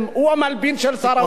חבר הכנסת יצחק כהן.